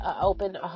open